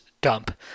dump